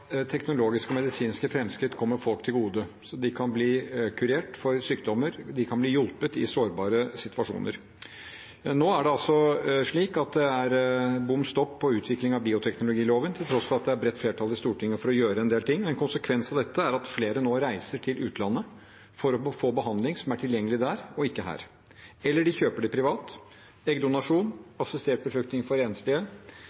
teknologiske og medisinske framskritt skal komme folk til gode, så de kan bli kurert for sykdommer og bli hjulpet i sårbare situasjoner. Nå er det bom stopp for utvikling i bioteknologiloven, til tross for at det er et bredt flertall i Stortinget for å gjøre en del ting. En konsekvens av dette er at flere nå reiser til utlandet for å få behandling som er tilgjengelig der og ikke her, eller de kjøper det privat